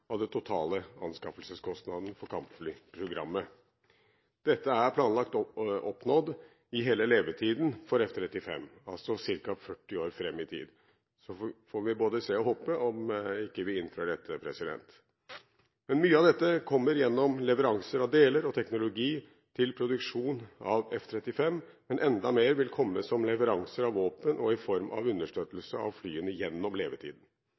av den totale anskaffelseskostnaden for kampflyprogrammet. Dette er planlagt oppnådd i hele levetiden for F-35, altså ca. 40 år fram i tid. Vi får håpe og se om ikke vi innfører dette. Mye av dette kommer gjennom leveranser av deler og teknologi til produksjonen av F-35, men enda mer vil komme som leveranse av våpen og i form av understøttelse av flyene gjennom levetiden.